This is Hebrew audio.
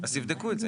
אז תבדקו את זה.